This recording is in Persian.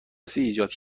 ایجاد